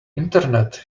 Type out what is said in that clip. internet